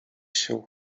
się